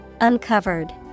Uncovered